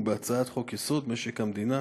ובהצעת חוק-יסוד: משק המדינה